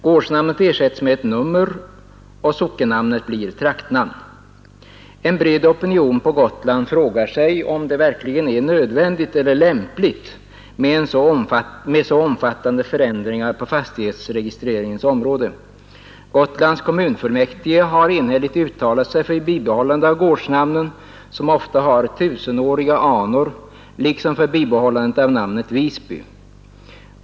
Gårdsnamnet ersättes med ett nummer och sockennamnet blir traktnamn. En bred opinion på Gotland frågar sig, om det verkligen är nödvändigt eller lämpligt med så omfattande förändringar på fastighetsregistreringens område. Gotlands kommunfullmäktige har enhälligt uttalat sig för bibehållande av gårdsnamnen som ofta har tusenåriga anor, liksom för bibehållande av namnet Visby.